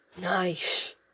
Nice